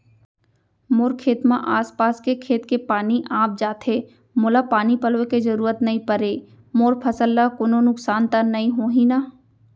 मोर खेत म आसपास के खेत के पानी आप जाथे, मोला पानी पलोय के जरूरत नई परे, मोर फसल ल कोनो नुकसान त नई होही न?